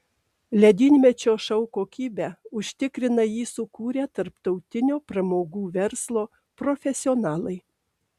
ledynmečio šou kokybę užtikrina jį sukūrę tarptautinio pramogų verslo profesionalai